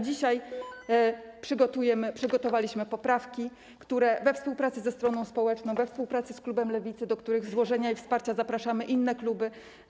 Dzisiaj przygotowaliśmy poprawki we współpracy ze stroną społeczną, we współpracy z klubem Lewicy, do których złożenia i wsparcia zapraszamy inne kluby.